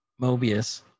mobius